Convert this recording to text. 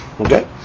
Okay